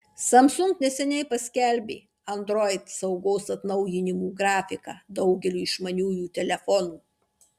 samsung neseniai paskelbė android saugos atnaujinimų grafiką daugeliui išmaniųjų telefonų